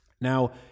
Now